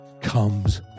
comes